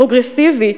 פרוגרסיבי,